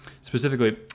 Specifically